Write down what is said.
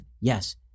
Yes